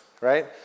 right